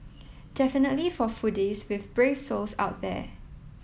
definitely for foodies with brave souls out there